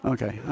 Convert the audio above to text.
Okay